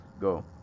Go